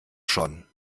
schon